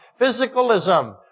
Physicalism